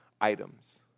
items